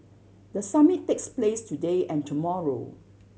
the summit takes place today and tomorrow